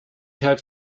had